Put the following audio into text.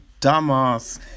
dumbass